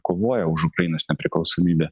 kovoja už ukrainos nepriklausomybę